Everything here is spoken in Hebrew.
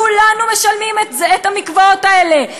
כולנו משלמים על המקוואות האלה,